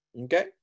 okay